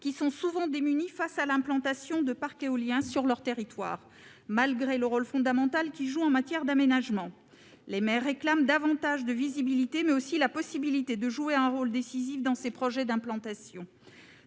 qui sont souvent démunis face à l'implantation de parcs éoliens sur leur territoire, malgré le rôle fondamental qu'ils jouent en matière d'aménagement. Les maires réclament davantage de visibilité, mais aussi la possibilité de jouer un rôle décisif dans ces projets d'implantation.